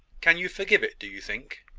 can you forgive it, do you think?